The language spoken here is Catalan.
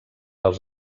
als